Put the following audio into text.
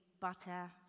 butter